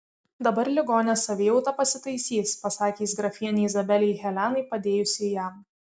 dabar ligonės savijauta pasitaisys pasakė jis grafienei izabelei helenai padėjusiai jam